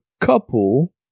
couple